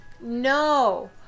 No